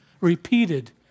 Repeated